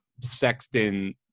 Sexton